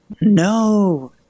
No